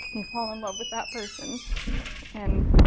you fall in love with that person and